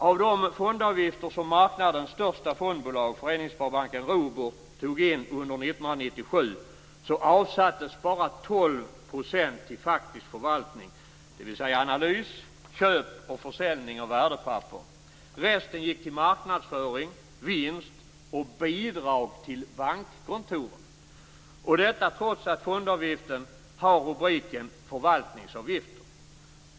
Av de fondavgifter som marknadens största fondbolag - Föreningssparbanken Robur - tog in under 1997 avsattes bara 12 % till faktisk förvaltning, dvs. analys, köp och försäljning av värdepapper. Resten gick till marknadsföring, vinst och bidrag till bankkontoren - detta trots att fondavgiften har rubriken Förvaltningsavgifter.